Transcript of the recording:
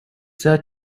said